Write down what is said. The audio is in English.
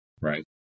right